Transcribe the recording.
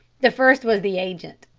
the first was the agent.